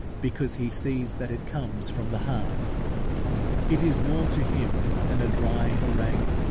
because he sees that it comes from the heart it is more to him than a dry harangue,